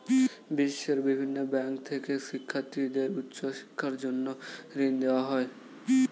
বিশ্বের বিভিন্ন ব্যাংক থেকে শিক্ষার্থীদের উচ্চ শিক্ষার জন্য ঋণ দেওয়া হয়